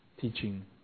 teaching